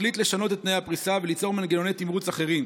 החליט לשנות את תנאי הפריסה וליצור מנגנוני תמרוץ אחרים.